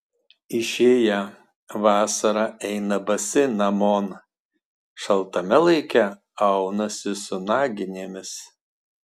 išėję vasarą eina basi namon šaltame laike aunasi su naginėmis